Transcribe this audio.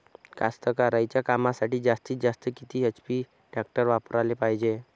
कास्तकारीच्या कामासाठी जास्तीत जास्त किती एच.पी टॅक्टर वापराले पायजे?